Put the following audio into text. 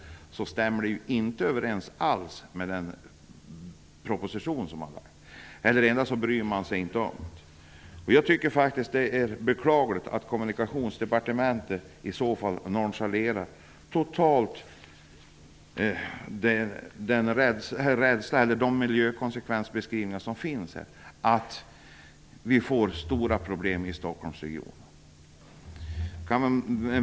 Detta yttrande stämmer inte överens med den proposition som har lagts fram. Kanske bryr man sig inte om det. Jag tycker att det är beklagligt att Kommunikationsdepartementet i så fall totalt nonchalerar denna miljökonskevensbeskrivning. Av rapporten framgår att det kommer att bli stora problem i Stockholmsregionen.